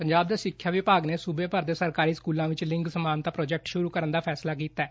ਪੰਜਾਬ ਦੇ ਸਿੱਖਿਆ ਵਿਭਾਗ ਨੇ ਸੂਬੇ ਭਰ ਦੇ ਸਰਕਾਰੀ ਸਕੁਲਾਂ ਵਿੱਚ ਲਿੰਗ ਸਮਾਨਤਾ ਪ੍ਰੋਜੈਕਟ ਸੁਰੂ ਕਰਨ ਦਾ ਫੈਸਲਾ ਕੀਤੈ